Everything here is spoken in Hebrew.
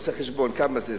עושה חשבון: כמה זה,